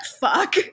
fuck